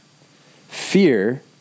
Fear